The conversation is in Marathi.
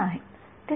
ते चांगले होते